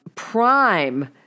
Prime